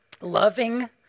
loving